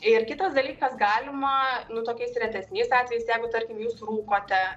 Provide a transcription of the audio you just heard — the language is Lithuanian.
ir kitas dalykas galima tokiais retesniais atvejais jeigu tarkim jūs rūkote